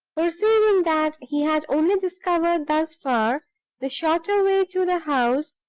perceiving that he had only discovered thus far the shorter way to the house,